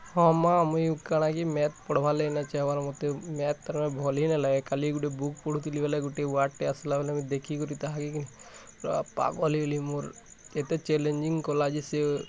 ହଁ ମା' ମୁଇଁ କାଣା କି ମ୍ୟାଥ୍ ପଢ଼ିବାର୍ ଲାଗି ନାଇଁ ଚାହେଁବାର୍ ମତେ ମ୍ୟାଥ୍ ତାର୍ମାନେ ଭଲ୍ ହିଁ ନାଇଁ ଲାଗେ କାଲି ଗୁଟେ ବୁକ୍ ପଢ଼ୁଥିଲି ବୋଲେ ଗୁଟେ ୱାର୍ଡ଼୍ଟେ ଆସ୍ଲା ବେଲେ ଦେଖିକରି ତାହାକେ ପୁରା ପାଗଲ୍ ହେଇଗଲି ମୋର କେତେ ଚାଲେଜିଙ୍ଗ୍ କଲା ଯେ ସେ